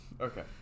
Okay